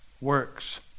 works